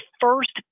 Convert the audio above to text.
first